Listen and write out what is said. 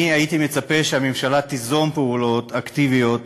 אני הייתי מצפה שהממשלה תיזום פעולות אקטיביות.